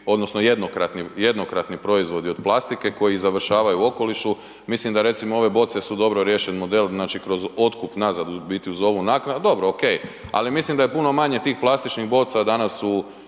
jednokratni, jednokratni proizvodi od plastike koji završavaju u okolišu, mislim da recimo ove boce su dobro riješen model, znači kroz otkup nazad u biti uz ovu naknadu, dobro okej, ali mislim da je puno manje tih plastičnih boca danas u,